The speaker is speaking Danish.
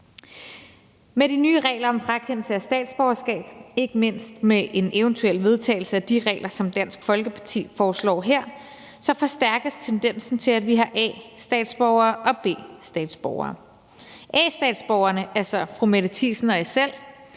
Med de nye regler om frakendelse af statsborgerskab, ikke mindst med en eventuel vedtagelse at de regler, som Dansk Folkeparti foreslår her, forstærkes tendensen til, at vi har A-statsborgere og B-statsborgere. A-statsborgerne, altså fru Mette Thiesen og jeg selv,